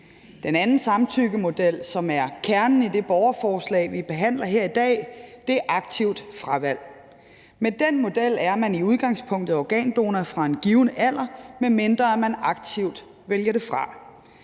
Den anden samtykkemodel, som er kernen i det borgerforslag, som vi behandler her i dag, er aktivt fravalg. Med den model er man i udgangspunktet organdonor fra en given alder, medmindre man aktivt vælger det fra.